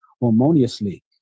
harmoniously